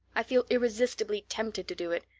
i feel irresistibly tempted to do it.